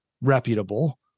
reputable